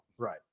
Right